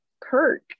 Kirk